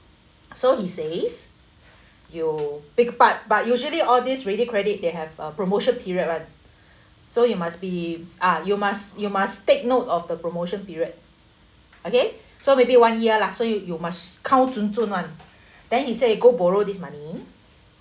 so he says you take part but usually all these ready credit they have uh promotion period [one] so you must be ah you must you must take note of the promotion period okay so maybe one year lah so you you must count zhun zhun [one] then he say go borrow this money